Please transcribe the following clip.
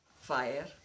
fire